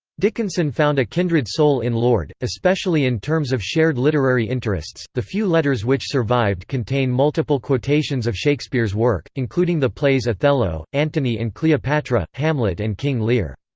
dickinson found a kindred soul in lord, especially in terms of shared literary interests the few letters which survived contain multiple quotations of shakespeare's work, including the plays othello, antony and cleopatra, hamlet and king lear.